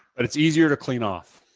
but it's easier to clean off.